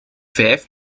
vijf